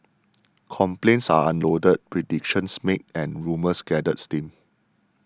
complaints are unloaded predictions made and rumours gather steam